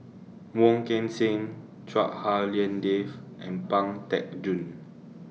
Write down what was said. Wong Kan Seng Chua Hak Lien Dave and Pang Teck Joon